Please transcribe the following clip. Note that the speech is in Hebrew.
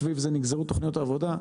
סביב זה נגזרו תכניות העבודה,